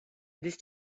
this